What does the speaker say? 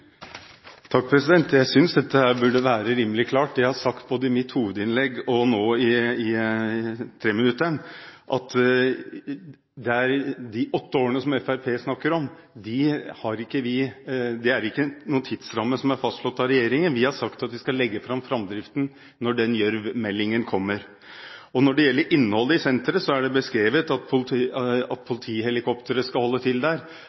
Jeg synes dette burde være rimelig klart. Det jeg har sagt både i mitt hovedinnlegg og nå i mitt treminutters innlegg, er at de åtte årene som Fremskrittspartiet snakker om, er ikke en tidsramme som er fastslått av regjeringen. Vi har sagt at vi skal legge fram framdriften når meldingen i forbindelse med Gjørv-kommisjonens rapport kommer. Når det gjelder innholdet i senteret, er det beskrevet at politihelikopteret skal holde til der, at man skal ha beredskapstroppen der,